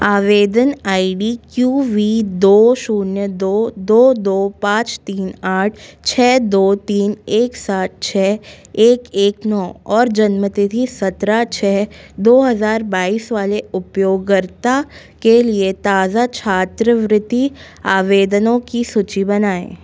आवेदन I D Q V दो शून्य दो दो दो पाँच तीन आठ छः दो तीन एक सात छः एक एक नौ और जन्म तिथि सत्रह छः दो हज़ार बाईस वाले उपयोगकर्ता के लिए ताज़ा छात्रवृत्ति आवेदनों की सूची बनाएँ